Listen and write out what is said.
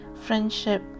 friendship